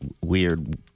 weird